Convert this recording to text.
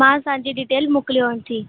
मां असांजी डिटेल मोकलांव थी